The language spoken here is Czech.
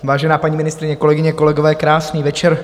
Vážená paní ministryně, kolegyně kolegové, krásný večer.